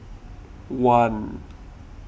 one